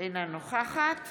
אינה נוכחת